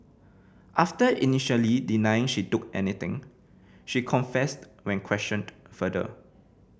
after initially denying she took anything she confessed when questioned further